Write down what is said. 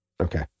Okay